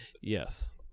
Yes